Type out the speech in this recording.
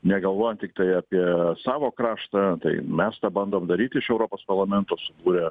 negalvojant tiktai apie savo kraštą tai mes tą bandom daryt iš europos parlamento subūrę